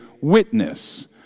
witness